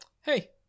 Hey